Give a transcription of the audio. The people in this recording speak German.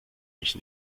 mich